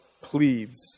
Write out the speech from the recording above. pleads